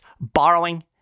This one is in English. borrowing